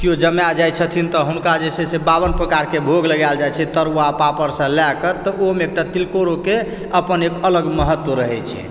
केओ जमाइ जाइ छथिन तऽ हुनका जे छै से बाबन प्रकार के भोग लगायल जाइ छै तरुआ पापड़ से लए कऽ तऽ ओहिमे एकटा तिलकोरो के अपन एक अलग महत्व रहै छै